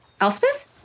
Elspeth